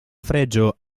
fregio